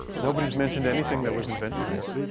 nobody's mentioned anything that was invented here.